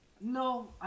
No